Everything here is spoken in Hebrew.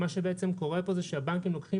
מה שבעצם קורה פה זה שהבנקים לוקחים